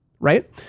Right